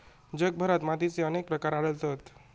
जगभरात मातीचे अनेक प्रकार आढळतत